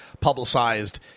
publicized